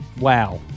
Wow